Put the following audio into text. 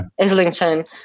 Islington